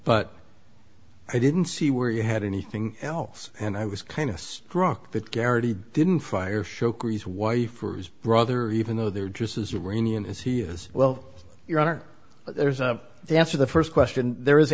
but i didn't see where you had anything else and i was kind of struck that garrity didn't fire show kerry's wife or his brother even though they were just as rainy and as he is well your honor there's a after the st question there is